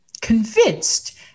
convinced